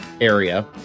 area